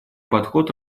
подход